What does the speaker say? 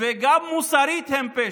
וגם מוסרית הן פשע.